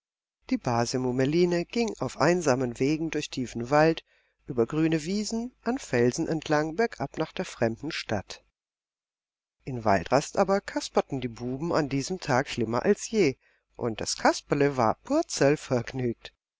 die base mummeline ging auf einsamen wegen durch tiefen wald über grüne wiesen an felsen entlang bergab nach der fernen stadt in waldrast aber kasperten die buben an diesem tage schlimmer als je und das kasperle war